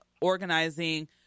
organizing